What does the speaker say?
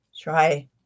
try